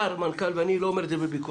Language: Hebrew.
שר, מנכ"ל ואני לא אומר את זה בביקורת